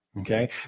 okay